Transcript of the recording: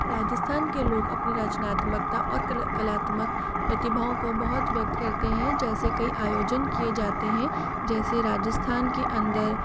राजस्थान के लोग अपनी रचनात्मकता और कल कलात्मक प्रतिभाओं को बहुत व्यक्त करते हैं जैसे कई आयोजन किए जाते हैं जैसे राजस्थान के अंदर